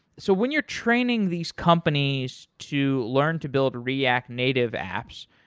so when you're training these companies to learn to build react native apps,